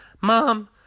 Mom